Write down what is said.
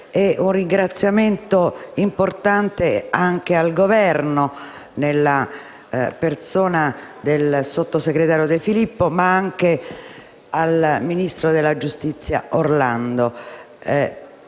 e un ringraziamento importante anche al Governo, nella persona del sottosegretario De Filippo, ma anche al ministro della giustizia Orlando,